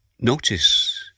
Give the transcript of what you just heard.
Notice